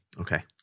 Okay